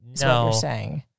No